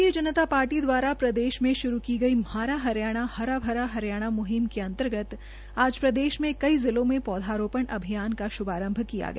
भारतीय जनता पार्टी द्वारा प्रदेश में शुरू की गई म्हारा हरियाणा हरा भरा हरियाणा मुहिम के अंतर्गत आज प्रदेश के कई जिलों में पौधारोपण अभियान का शुभारंभ किया गया